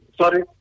sorry